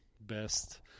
best